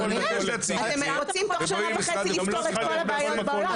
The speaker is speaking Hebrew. אתם רוצים תוך שנה וחצי לפתור את כל הבעיות בעולם?